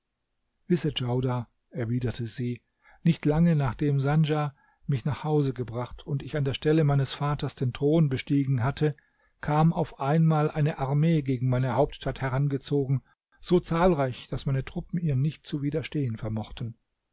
wisse djaudar erwiderte sie nicht lange nachdem sandja mich nach haus gebracht und ich an der stelle meines vaters den thron bestiegen hatte kam auf einmal eine armee gegen meine hauptstadt herangezogen so zahlreich daß meine truppen ihr nicht zu widerstehen vermochten